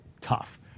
tough